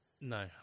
No